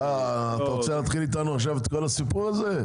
אתה רוצה להתחיל איתנו עכשיו את כל הסיפור הזה?